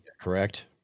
correct